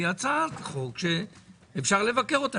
היא הצעת חוק שאפשר לבקר אותה.